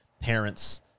parents –